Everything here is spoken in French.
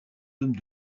hommes